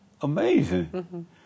Amazing